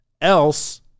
else